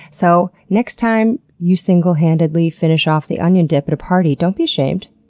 so next time you single-handedly finish off the onion dip at a party, don't be ashamed.